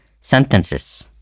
sentences